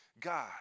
God